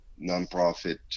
nonprofit